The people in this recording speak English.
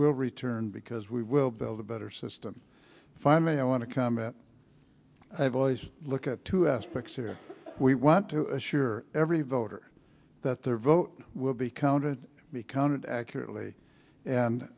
will return because we will build a better system finally i want to comment i've always looked at two aspects here we want to assure every voter that their vote will be counted be counted accurately and